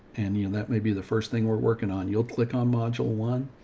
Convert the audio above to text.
and you know, that may be the first thing we're working on. you'll click on module one.